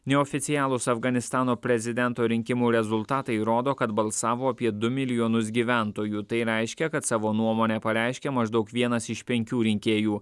neoficialūs afganistano prezidento rinkimų rezultatai rodo kad balsavo apie du milijonus gyventojų tai reiškia kad savo nuomonę pareiškė maždaug vienas iš penkių rinkėjų